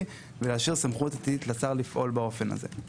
ולהשאיר סמכות עתידית לשר לפעול באופן הזה.